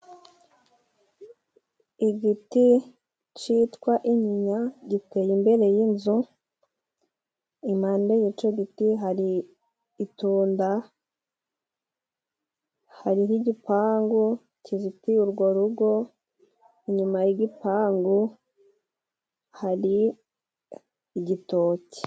Igiti citwa inyinya giteye imbere y'inzu. Impande y'ico giti hari itunda, hariho igipangu kizitiye urwo rugo inyuma y'igipangu hari igitoki